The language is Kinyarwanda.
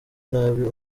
nabi